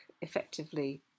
effectively